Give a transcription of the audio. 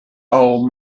old